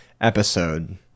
Episode